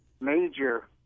major